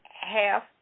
half